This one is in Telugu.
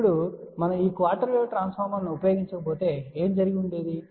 ఇప్పుడు మనము ఈ క్వార్టర్ వేవ్ ట్రాన్స్ఫార్మర్లను ఉపయోగించకపోతే ఏమి జరిగి ఉండేది